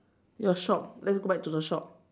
your shop let's go back to the shop